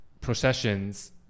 processions